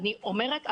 אני אומרת,